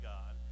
God